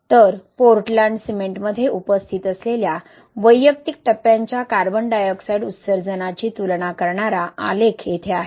तर पोर्टलँड सिमेंटमध्ये उपस्थित असलेल्या वैयक्तिक टप्प्यांच्या कार्बन डायऑक्साइड उत्सर्जनाची तुलना करणारा आलेख येथे आहे